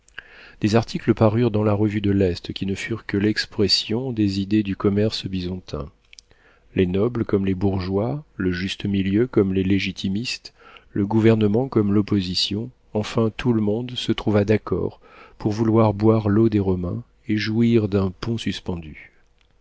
des articles parurent dans la revue de l'est qui ne furent que l'expression des idées du commerce bisontin les nobles comme les bourgeois le juste-milieu comme les légitimistes le gouvernement comme l'opposition enfin tout le monde se trouva d'accord pour vouloir boire l'eau des romains et jouir d'un pont suspendu